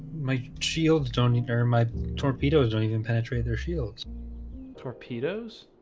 my shields tony are my torpedoes don't even penetrate their shields torpedoes